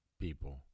people